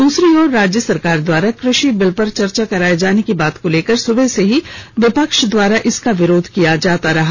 दूसरी ओर राज्य सरकार द्वारा कृषि बिल पर चर्चा कराये जाने की बात को लेकर सुबह से ही विपक्ष द्वारा इसका विरोध किया जाता रहा